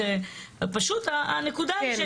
פשוט הנקודה היא,